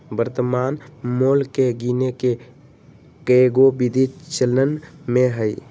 वर्तमान मोल के गीने के कएगो विधि चलन में हइ